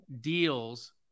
deals